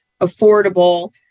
affordable